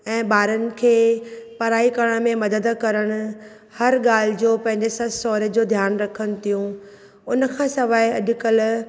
ऐं ॿारनि खे पढ़ाई करण में मदद करणु हर ॻाल्हि जो पंहिंजे ससु सहुरो जो ध्यानु रखनि थियूं उनखां सवाइ अॼुकल्ह